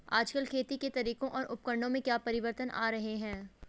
आजकल खेती के तरीकों और उपकरणों में क्या परिवर्तन आ रहें हैं?